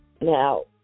Now